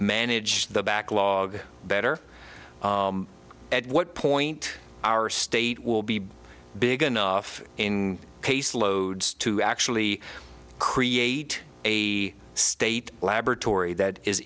manage the backlog better at what point our state will be big enough in case loads to actually create a state laboratory that is